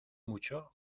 mucho